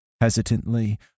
hesitantly